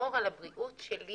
לשמור על הבריאות שלי